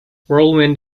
whirlwind